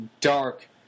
dark